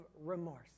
remorse